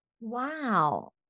Wow